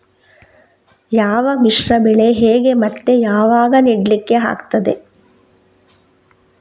ಯಾವ ಮಿಶ್ರ ಬೆಳೆ ಹೇಗೆ ಮತ್ತೆ ಯಾವಾಗ ನೆಡ್ಲಿಕ್ಕೆ ಆಗ್ತದೆ?